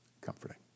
comforting